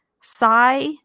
sigh